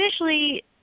initially